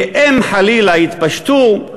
שאם חלילה יתפשטו,